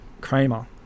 Kramer